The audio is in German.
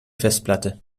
festplatte